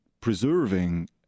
preserving